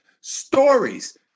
Stories